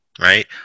Right